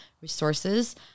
resources